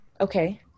Okay